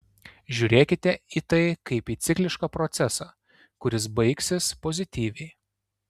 žiūrėkite į tai kaip į ciklišką procesą kuris baigsis pozityviai